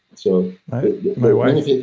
so my wife